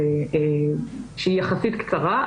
שהיא יחסית קצרה,